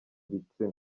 ibitsina